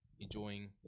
enjoying